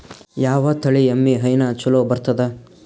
ಯಾವ ತಳಿ ಎಮ್ಮಿ ಹೈನ ಚಲೋ ಬರ್ತದ?